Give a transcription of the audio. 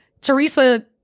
Teresa